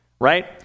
right